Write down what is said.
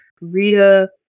Rita